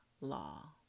law